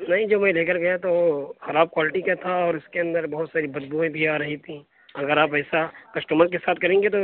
نہیں جب میں لے کر گیا تو خراب کوالٹی کا تھا اور اس کے اندر بہت ساری بدبوئیں بھی آ رہی تھیں اگر آپ ایسا کسٹمر کے ساتھ کریں گے تو